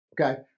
Okay